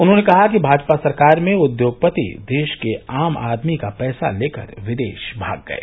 उन्होंने कहा कि भाजपा सरकार में उद्योगपति देश के आम आदमी का पैसा लेकर विदेश भाग गये